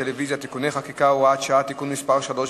התש"ע 2010,